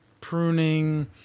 pruning